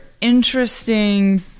interesting